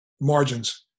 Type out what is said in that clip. margins